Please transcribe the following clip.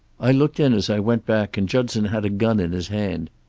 i looked in as i went back, and judson had a gun in his hand.